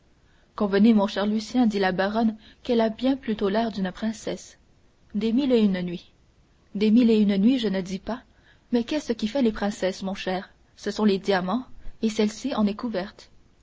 convenez mon cher lucien dit la baronne qu'elle a bien plutôt l'air d'une princesse des mille et une nuits des mille et une nuits je ne dis pas mais qu'est-ce qui fait les princesses mon cher ce sont les diamants et celle-ci en est couverte